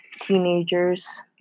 teenagers